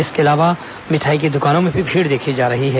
इसके अलावा मिठाई की दुकानों में भी भीड़ देखी जा रही है